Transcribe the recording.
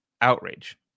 outrage